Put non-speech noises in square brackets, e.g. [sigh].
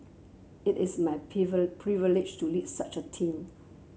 it is my [unintelligible] privilege to lead such a team